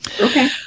okay